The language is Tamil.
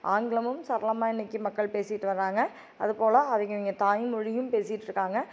ஆங்கிலமும் சரளமாக இன்னைக்கு மக்கள் பேசிட்டு வர்றாங்க அதுப்போல் அவங்கவிங்க தாய்மொழியும் பேசிக்கிட்டுருக்காங்க